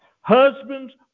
Husbands